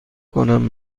کنم